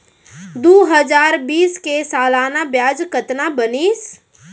दू हजार बीस के सालाना ब्याज कतना बनिस?